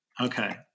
Okay